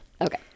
Okay